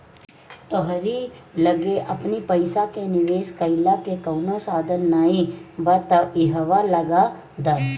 तोहरी लगे अपनी पईसा के निवेश कईला के कवनो साधन नाइ बा तअ इहवा लगा दअ